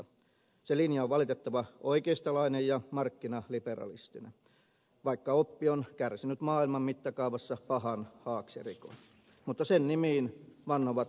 se linja on valitettavan oikeistolainen ja markkinaliberalistinen vaikka oppi on kärsinyt maailman mittakaavassa pahan haaksirikon mutta sen nimiin vannovat vanhasen valinnat